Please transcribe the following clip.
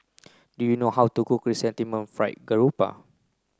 do you know how to cook Chrysanthemum Fried Garoupa